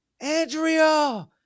Andrea